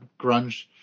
grunge